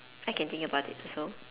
I can think about it also